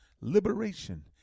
liberation